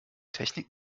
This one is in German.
technik